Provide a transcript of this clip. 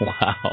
Wow